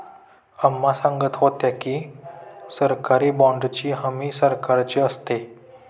अम्मा सांगत होत्या की, सरकारी बाँडची हमी सरकारची असते